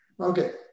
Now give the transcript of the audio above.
Okay